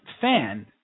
fan